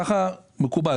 ככה מקובל.